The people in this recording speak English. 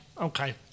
okay